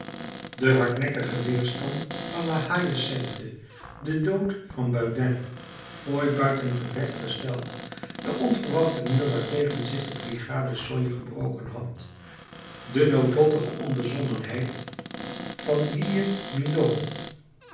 de hardnekkige weerstand van la haie sainte de dood van bauduin foy buiten gevecht gesteld de onverwachte muur waartegen zich de brigade soye gebroken had de noodlottige onbezonnenheid van guilleminot